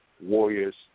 warriors